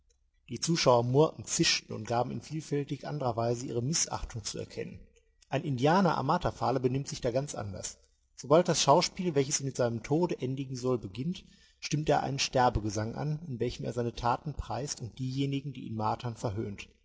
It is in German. die zuschauer murrten zischten und gaben in vielfältig anderer weise ihre mißachtung zu erkennen ein indianer am marterpfahle benimmt sich da ganz anders sobald das schauspiel welches mit seinem tode endigen soll beginnt stimmt er seinen sterbegesang an in welchem er seine taten preist und diejenigen die ihn martern verhöhnt